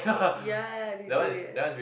ya ya ya they do it